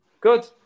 Good